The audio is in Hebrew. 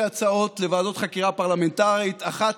הצעות לוועדות חקירה פרלמנטריות: אחת,